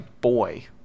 boy